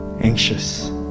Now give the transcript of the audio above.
anxious